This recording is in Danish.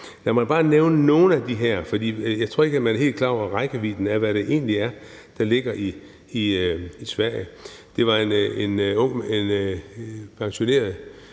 Lad mig bare nævne nogle af dem, for jeg tror egentlig ikke, man er helt klar over rækkevidden af det, der ligger i Sverige. Det er en pensioneret